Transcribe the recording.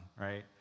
right